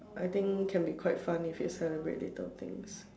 I think can be quite fun if you celebrate little things